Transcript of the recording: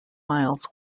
miles